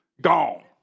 gone